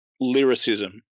lyricism